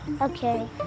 Okay